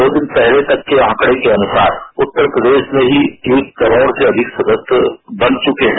दो दिन पहले तक के आंकड़े के अनुसार उप्रमें ही तीस करोड़ से अधिक सदस्य बन चुके हैं